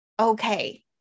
okay